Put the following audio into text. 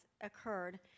occurred